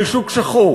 של שוק שחור,